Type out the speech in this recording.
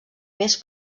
més